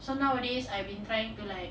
so nowadays I've been trying to like